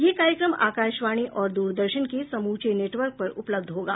यह कार्यक्रम आकाशवाणी और द्रदर्शन के समूचे नेटवर्क पर उपलब्ध होगा